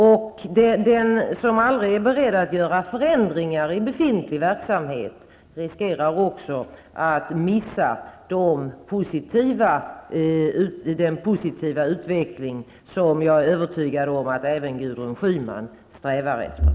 Den som aldrig är beredd att göra förändringar i befintlig verksamhet rikserar att missa den positiva utveckling som jag är övertygad om att även Gudrun Schyman strävar efter.